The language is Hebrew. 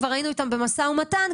כבר היינו איתם במשא ומתן,